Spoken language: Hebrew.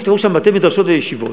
יפתחו שם בתי-מדרשות וישיבות,